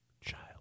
child